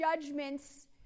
judgments